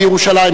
לירושלים,